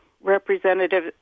representative